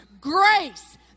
Grace